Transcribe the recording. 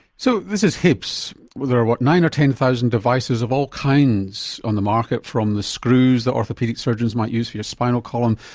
so this is hips, there are what nine thousand or ten thousand devices of all kinds on the market from the screws that orthopaedic surgeons might use for your spinal column,